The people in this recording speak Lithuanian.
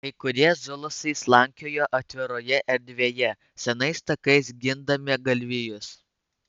kai kurie zulusai slankiojo atviroje erdvėje senais takais gindami galvijus